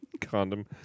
Condom